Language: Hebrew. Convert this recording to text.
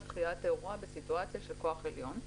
דחיית האירוע בסיטואציה של כוח עליון.